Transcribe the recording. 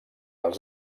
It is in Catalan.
els